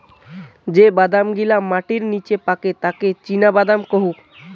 যে বাদাম গিলা মাটির নিচে পাকে তাকি চীনাবাদাম কুহু